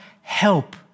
help